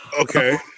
Okay